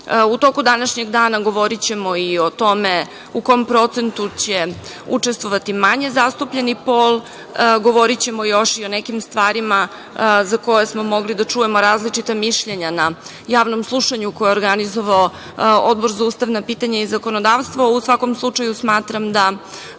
toku današnjeg dana govorićemo i o tome u kom procentu će učestvovati manje zastupljeni pol, govorićemo još i o nekim stvarima za koje smo mogli da čujemo različita mišljenja na javnom slušanju koje je organizovao Odbor za ustavna pitanja i zakonodavstvo. Smatram da